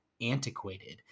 antiquated